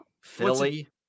Philly